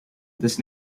this